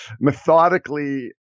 methodically